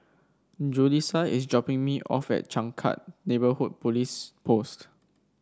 Julisa is dropping me off at Changkat Neighbourhood Police Post